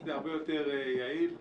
זה הרבה יותר יעיל.